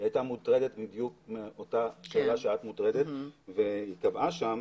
הייתה מוטרדת בדיוק מאותה שאלה ממנה את מוטרדת והיא קבעה שם